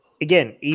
again